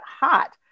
hot